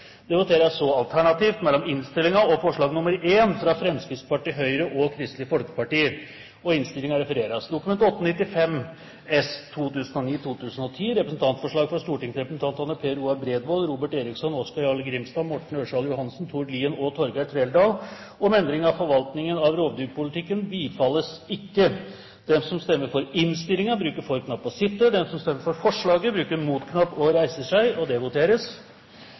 Det voteres så alternativt mellom komiteens innstilling og forslag nr. 1, fra Fremskrittspartiet, Høyre og Kristelig Folkeparti. Forslaget lyder: «Stortinget ber regjeringen foreta nødvendige endringer av viltloven slik at nødvergeretten utvides til å gjelde rett til nødverge ved rovdyrangrep mot hund, og når rovdyr opptrer aggressivt på innmark.» Komiteen hadde innstilt: Dokument 8:95 S – representantforslag fra stortingsrepresentantene Per Roar Bredvold, Robert Eriksson, Oskar Jarle Grimstad, Morten Ørsal Johansen, Tord Lien og Torgeir Trældal om endring av forvaltningen av rovdyrpolitikken – bifalles ikke.